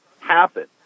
happen